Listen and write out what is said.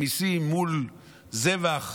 ניסים מול זבח,